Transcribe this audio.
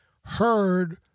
heard